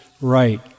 right